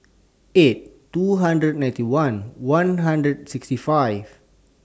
eight two hundred ninety one one hundred sixty five